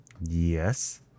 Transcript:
Yes